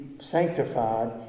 sanctified